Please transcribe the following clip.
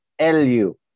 LU